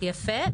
יפה.